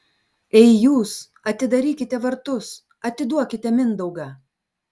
ei jūs atidarykite vartus atiduokite mindaugą